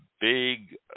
big